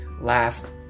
last